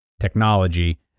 technology